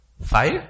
five